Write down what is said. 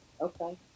Okay